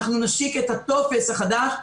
נשיק את הטופס החדש.